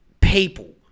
people